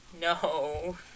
No